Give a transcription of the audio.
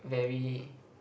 very